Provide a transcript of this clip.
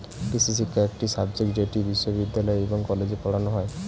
কৃষিশিক্ষা একটি সাবজেক্ট যেটি বিশ্ববিদ্যালয় এবং কলেজে পড়ানো হয়